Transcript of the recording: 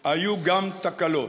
היו גם תקלות.